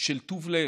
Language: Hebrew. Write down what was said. טוב לב,